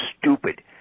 stupid